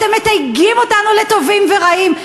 אתם מתייגים אותנו לטובים ורעים.